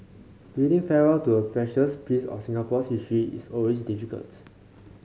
bidding farewell to a precious piece of Singapore's history is always difficults